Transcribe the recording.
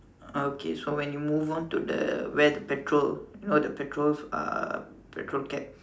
okay so when you move on to the where the petrol you know the petrol uh petrol cap